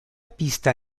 pista